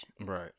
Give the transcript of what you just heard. Right